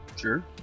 Sure